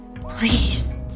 please